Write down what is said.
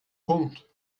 punkt